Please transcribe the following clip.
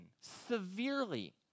severely